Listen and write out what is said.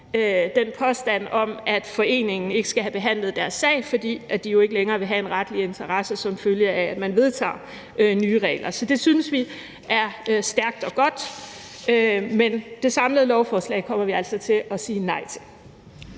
den påstand om, at foreningen ikke skal have behandlet deres sag, fordi de jo ikke længere vil have en retlig interesse, som følge af at man vedtager nye regler. Så det synes vi er stærkt og godt, men det samlede lovforslag kommer vi altså til at sige nej til.